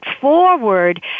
forward